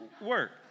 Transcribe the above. work